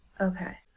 Okay